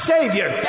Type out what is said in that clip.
Savior